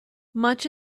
much